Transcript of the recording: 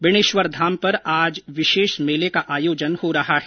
बेणेश्वर धाम पर आज विशेष मेले का आयोजन हो रहा है